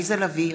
עליזה לביא,